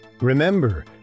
Remember